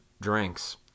drinks